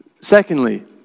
Secondly